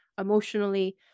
emotionally